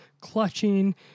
clutching